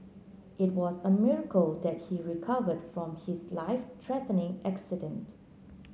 it was a miracle that he recovered from his life threatening accident